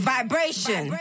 Vibration